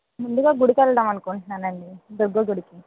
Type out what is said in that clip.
ముందుగా గుడికి వెళ్దాం అనుకుంటున్నాను అండి దుర్గ గుడికి